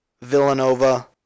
Villanova